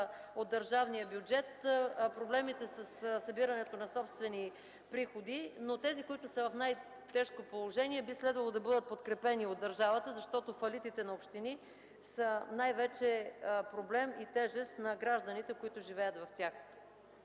от държавния бюджет, проблемите със събирането на собствени приходи, но тези, които са в най-тежко положение, би следвало да бъдат подкрепени от държавата, защото фалитите на общини са най-вече проблем и тежест на гражданите, които живеят в тях.